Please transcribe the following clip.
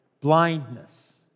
blindness